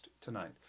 tonight